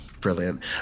Brilliant